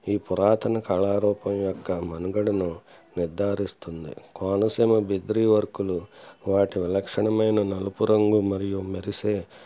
ఈ పురాతన కళారూపం యొక్క మనుగడను నిర్ధారిస్తుంది కోనసీమ బిద్రీ వర్కులు వాటి విలక్షణమైన నలుపు రంగు మరియు మెరిసే